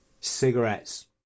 cigarettes